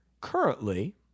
currently